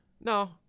no